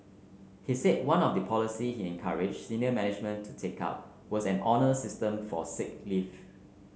he said one of the policies he encouraged senior management to take up was an honour system for sick leave